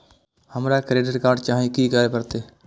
हमरा credit card चाही की करे परतै?